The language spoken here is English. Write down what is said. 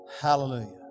Hallelujah